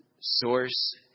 source